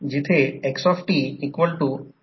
तर जर आपण हे काढले तर त्याला सर्किट म्हणतात